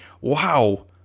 wow